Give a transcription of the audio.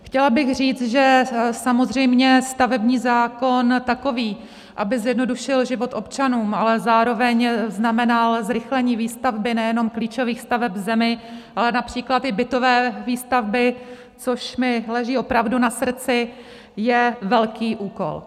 Chtěla bych říct, že samozřejmě stavební zákon takový, aby zjednodušil život občanům, ale zároveň znamenal zrychlení výstavby nejenom klíčových staveb v zemi, ale například i bytové výstavby, což mi leží opravdu na srdci, je velký úkol.